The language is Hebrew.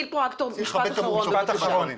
משפט אחרון.